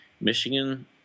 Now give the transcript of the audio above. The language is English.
Michigan –